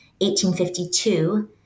1852